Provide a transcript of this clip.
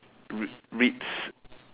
R_E_I_T_S